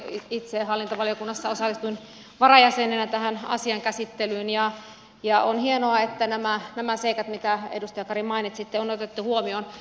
itse osallistuin hallintovaliokunnassa varajäsenenä tähän asian käsittelyyn ja on hienoa että nämä seikat mitä edustaja kari mainitsitte on otettu huomioon